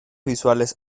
visuales